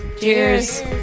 Cheers